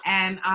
and,